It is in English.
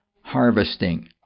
harvesting